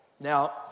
Now